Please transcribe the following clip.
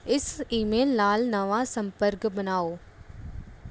ਇਸ ਈਮੇਲ ਨਾਲ ਨਵਾਂ ਸੰਪਰਕ ਬਣਾਓ